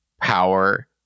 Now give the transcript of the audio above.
power